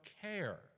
care